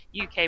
UK